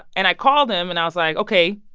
and i called him. and i was like, ok,